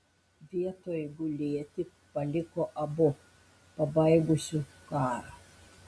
vietoj gulėti paliko abu pabaigusiu karą